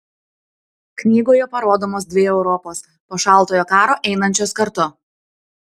knygoje parodomos dvi europos po šaltojo karo einančios kartu